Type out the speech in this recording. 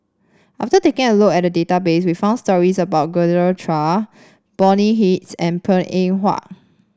after taking a look at the database we found stories about Genevieve Chua Bonny Hicks and Png Eng Huat